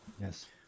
Yes